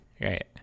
Right